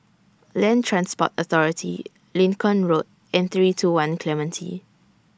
Land Transport Authority Lincoln Road and three two one Clementi